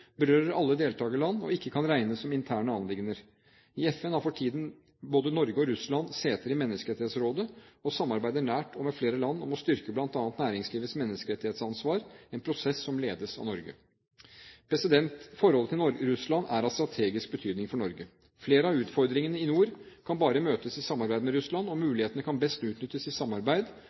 berører alle deltakerland, og ikke kan regnes som interne anliggender. I FN har for tiden både Norge og Russland seter i Menneskerettighetsrådet og samarbeider nært og med flere land om å styrke bl.a. næringslivets menneskerettighetsansvar – en prosess som ledes av Norge. Forholdet til Russland er av strategisk betydning for Norge. Flere av utfordringene i nord kan bare møtes i samarbeid med Russland, og mulighetene kan best utnyttes i samarbeid,